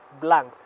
blank